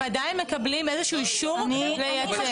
הם עדיין מקבלים איזשהו אישור לייצא.